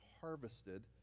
harvested